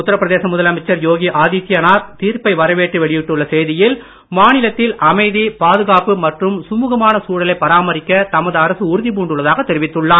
உத்திரப்பிரதேச முதலமைச்சர் யோகி ஆதித்யநாத் தீர்ப்பை வரவேற்று வெளியிட்டுள்ள செய்தியில் மாநிலத்தில் அமைதி பாதுகாப்பு மற்றும் சுழுகமான சூழலை பராமரிக்க தமது அரசு உறுதி பூண்டுள்ளதாக தெரிவித்துள்ளார்